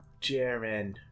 Jaren